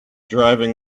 driving